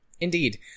Indeed